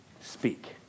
speak